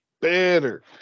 Better